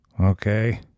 okay